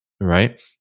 right